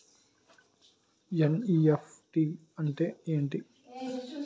NEFT అంటే ఏమిటి?